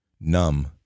numb